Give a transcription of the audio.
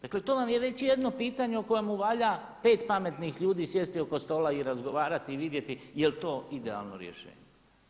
Dakle to vam je već jedno pitanje o kojemu valja 5 pametnih ljudi sjesti oko stola i razgovarati i vidjeti jeli to idealno rješenje.